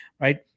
right